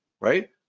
right